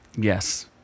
Yes